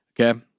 Okay